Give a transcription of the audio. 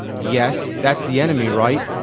yes, that's the enemy right?